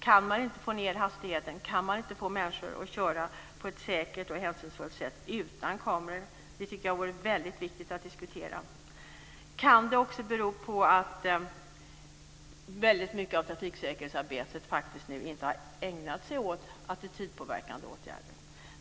Kan man inte få ned hastigheten och få människor att köra på ett säkert och hänsynsfullt sätt utan kameror? Jag tycker att det är väldigt viktigt att diskutera det. Kan det också bero på att väldigt mycket av trafiksäkerhetsarbetet inte har ägnats åt attitydpåverkande åtgärder?